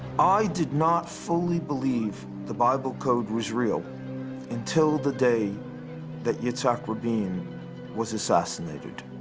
i did not fully believe the bible code was real until the day that yitzhak rabin was assassinated.